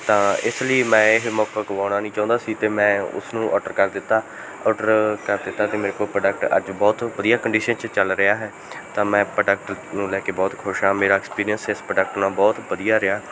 ਤਾਂ ਇਸ ਲਈ ਮੈਂ ਇਹ ਮੌਕਾ ਗੁਆਉਣਾ ਨਹੀਂ ਚਾਹੁੰਦਾ ਸੀ ਅਤੇ ਮੈਂ ਉਸਨੂੰ ਔਡਰ ਕਰ ਦਿੱਤਾ ਔਡਰ ਕਰ ਦਿੱਤਾ ਅਤੇ ਮੇਰੇ ਕੋਲ ਪ੍ਰੋਡਕਟ ਅੱਜ ਬਹੁਤ ਵਧੀਆ ਕੰਡੀਸ਼ਨ 'ਚ ਚੱਲ ਰਿਹਾ ਹੈ ਤਾਂ ਮੈਂ ਪ੍ਰੋਡਕਟ ਨੂੰ ਲੈ ਕੇ ਬਹੁਤ ਖੁਸ਼ ਹਾਂ ਮੇਰਾ ਐਕਸਪੀਰੀਅੰਸ ਇਸ ਪ੍ਰੋਡਕਟ ਨਾਲ ਬਹੁਤ ਵਧੀਆ ਰਿਹਾ